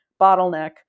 bottleneck